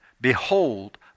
Behold